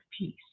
peace